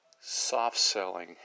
soft-selling